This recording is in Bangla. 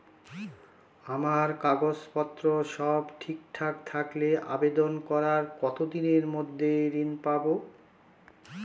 আমার কাগজ পত্র সব ঠিকঠাক থাকলে আবেদন করার কতদিনের মধ্যে ঋণ পাব?